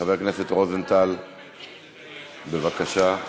חבר הכנסת רוזנטל, בבקשה,